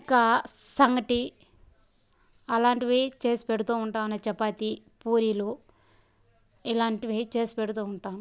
ఇంకా సంగటి అలాంటివి చేసి పెడుతూ ఉంటాను చపాతి పూరీలు ఇలాంటివి చేసి పెడుతుంటాము